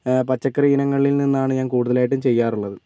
പച്ചക്കറി ഇനങ്ങളിൽ നിന്നാണ് ഞാൻ കൂടുതലായിട്ടും ചെയ്യാറുള്ളത്